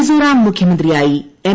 മിസോറം മുഖ്യമന്ത്രിയായി എം